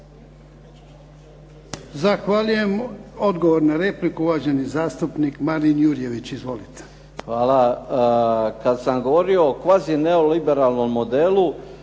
Zahvaljujem. Odgovor na repliku, uvaženi zastupnik Marin Jurjević. Izvolite. **Jurjević, Marin (SDP)** Hvala. Kad sam govorio o kvazi neoliberalnom modelu